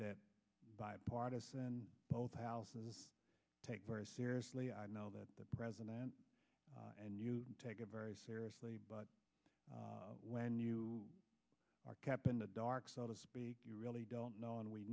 that bipartisan both houses take very seriously i know that the president and you take it very seriously but when you are kept in the dark so to speak you really don't know and we